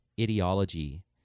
ideology